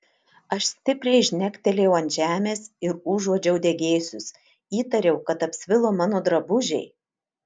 aš stipriai žnektelėjau ant žemės ir užuodžiau degėsius įtariau kad apsvilo mano drabužiai